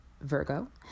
Virgo